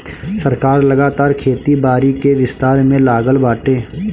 सरकार लगातार खेती बारी के विस्तार में लागल बाटे